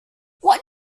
what